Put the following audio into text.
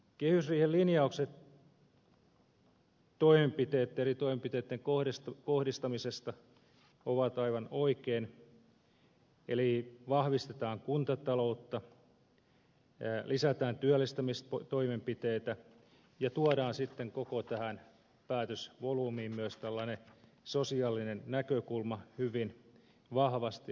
kehysriihen linjaukset eri toimenpiteitten kohdistamisesta ovat aivan oikeita eli vahvistetaan kuntataloutta lisätään työllistämistoimenpiteitä ja tuodaan sitten koko tähän päätösvolyymiin myös tällainen sosiaalinen näkökulma hyvin vahvasti